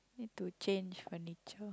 need to change her nature